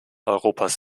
europas